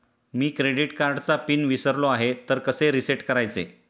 मी credit कार्डचा PIN विसरलो आहे तर कसे रीसेट करायचे?